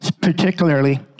particularly